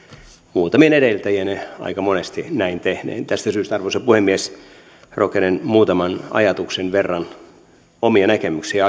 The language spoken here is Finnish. muutamien edeltäjieni aika monesti näin tehneen tästä syystä arvoisa puhemies rohkenen muutaman ajatuksen verran omia näkemyksiä